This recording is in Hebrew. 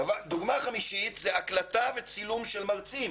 דוגמה חמישית, הקלטה וצילום של מרצים,